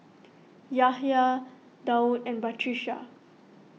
Yahya Daud and Batrisya